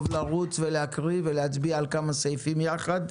לרוץ בהקראה ולהצביע על כמה סעיפים ביחד.